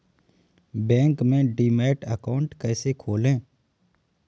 Bank में demat account कैसे खोलें?